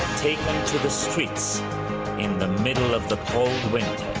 taken to the streets in the middle of the cold winter.